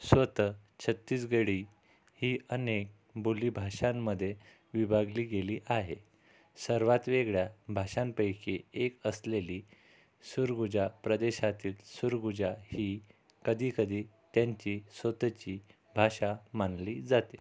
स्वतः छत्तीसगढी ही अनेक बोलीभाषांमध्ये विभागली गेली आहे सर्वात वेगळ्या भाषांपैकी एक असलेली सुरगुजा प्रदेशातील सुरगुजा ही कधी कधी त्यांची स्वतःची भाषा मानली जाते